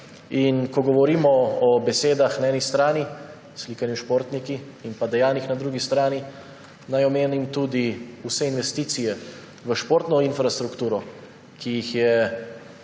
Ko govorimo o besedah na eni strani – slikanje s športniki – in dejanjih na drugi strani, naj omenim tudi vse investicije v športno infrastrukturo, ki jih je